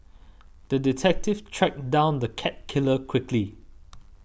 the detective tracked down the cat killer quickly